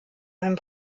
einem